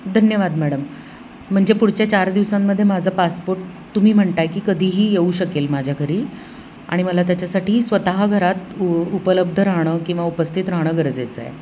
धन्यवाद मॅडम म्हणजे पुढच्या चार दिवसांमध्ये माझा पासपोर्ट तुम्ही म्हणत आहे की कधीही येऊ शकेल माझ्या घरी आणि मला त्याच्यासाठी स्वतः घरात उ उपलब्ध राहणं किंवा उपस्थित राहणं गरजेचं आहे